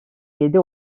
yedi